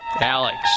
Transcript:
Alex